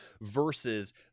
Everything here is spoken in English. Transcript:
versus